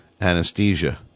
anesthesia